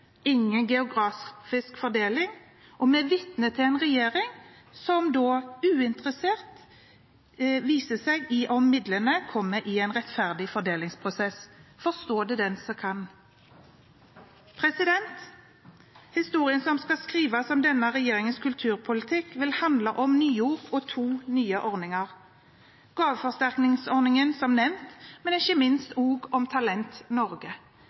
ingen geografisk fordeling, og vi er vitne til en regjering som viser seg uinteressert i om midlene kommer i en rettferdig fordelingsprosess. Forstå det den som kan. Historien som skal skrives om denne regjeringens kulturpolitikk, vil handle om nyord og to nye ordninger: gaveforsterkningsordningen, som nevnt, men ikke minst også om Talent Norge,